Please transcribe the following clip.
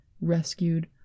rescued